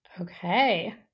okay